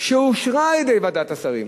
שאושרה על-ידי ועדת שרים,